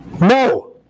No